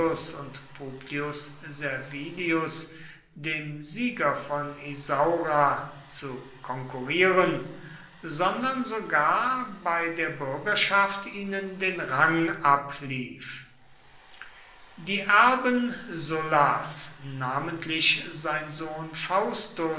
und publius servilius dem sieger von isaura zu konkurrieren sondern sogar bei der bürgerschaft ihnen den rang ablief die erben sullas namentlich sein sohn